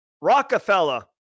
Rockefeller